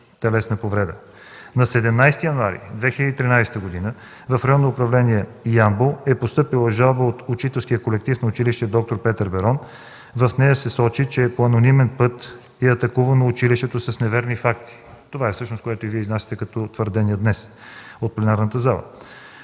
На 17 януари 2013 г. в Районно управление – Ямбол, е постъпила жалба от учителския колектив на училище „Д-р Петър Берон”. В нея се сочи, че по анонимен път е атакувано училището с неверни факти. Това е всъщност, което и Вие изнасяте като твърдение днес в пленарната зала.